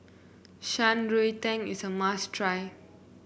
Shan Rui Tang is a must try